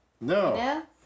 No